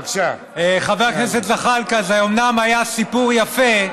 חבר הכנסת זחאלקה, זה אומנם היה סיפור יפה,